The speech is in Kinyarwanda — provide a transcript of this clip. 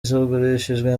zagurishijwe